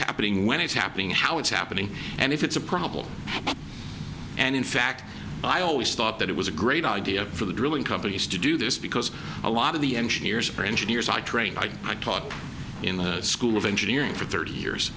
happening when it's happening how it's happening and if it's a problem and in fact i always thought that it was a great idea for the drilling companies to do this because a lot of the engineers are engineers i train i i taught in the school of engineering for thirty years